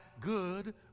good